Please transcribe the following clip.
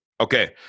Okay